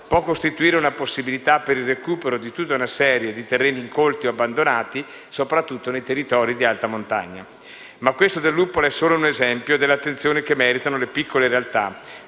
può costituire una possibilità per il recupero di tutta una serie di terreni incolti o abbandonati, soprattutto nei territori di alta montagna. Ma questo del luppolo è solo un esempio delle attenzioni che meritano le piccole realtà,